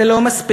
זה לא מספיק,